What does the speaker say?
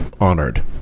honored